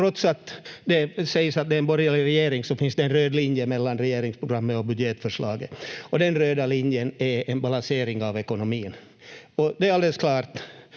trots att det sägs att det är en borgerlig regering så finns det en röd linje mellan regeringsprogrammet och budgetförslaget, och den röda linjen är en balansering av ekonomin. Det är alldeles klart